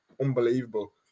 unbelievable